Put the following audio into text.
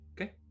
Okay